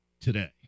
today